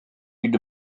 une